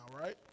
right